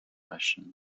questioned